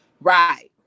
Right